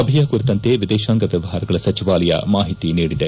ಸಭೆಯ ಕುರಿತಂತೆ ವಿದೇಶಾಂಗ ವ್ಯವಹಾರಗಳ ಸಚಿವಾಲಯ ಮಾಹಿತಿ ನೀಡಿದೆ